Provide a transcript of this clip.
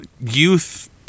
youth